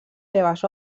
seves